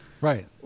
Right